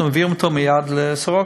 אנחנו מביאים אותו מייד לסורוקה.